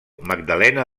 magdalena